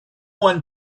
one